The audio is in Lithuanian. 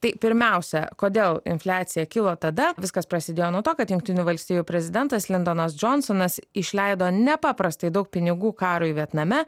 tai pirmiausia kodėl infliacija kilo tada viskas prasidėjo nuo to kad jungtinių valstijų prezidentas lindonas džonsonas išleido nepaprastai daug pinigų karui vietname